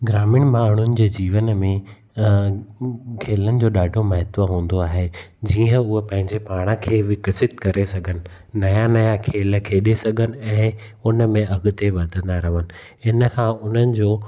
ग्रामीण माण्हुनि जे जीवन में खेलनि जो ॾाढो महत्व हूंदो आहे जीअं हूअ पंहिंजे पाण खे विकसित करे सघनि नवां नवां खेल खेॾे सघनि ऐं हुन में अॻिते वधंदा रहनि हिन खां उन्हनि जो